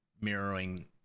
mirroring